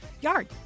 yard